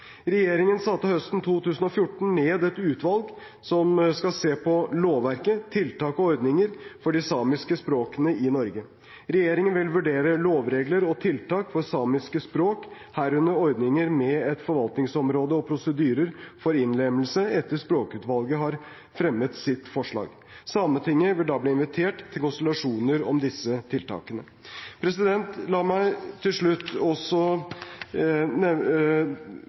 Regjeringen satte høsten 2014 ned et utvalg som skal se på lovverket, tiltak og ordninger for de samiske språkene i Norge. Regjeringen vil vurdere lovregler og tiltak for samiske språk, herunder ordninger med et forvaltningsområde og prosedyrer for innlemmelse etter at språkutvalget har fremmet sitt forslag. Sametinget vil da bli invitert til konsultasjoner om disse tiltakene. La meg replisere til